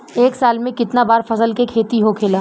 एक साल में कितना बार फसल के खेती होखेला?